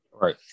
right